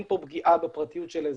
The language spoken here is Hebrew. אין פה פגיעה בפרטיות של האזרחים,